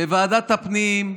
בוועדת הפנים,